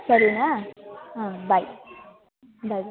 ಸರಿನಾ ಹಾಂ bye bye ಬಾಯ್